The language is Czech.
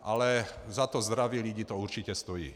Ale za to zdraví lidí to určitě stojí.